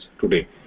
today